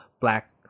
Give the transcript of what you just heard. black